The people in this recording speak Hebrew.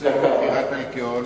שאוסר מכירת אלכוהול,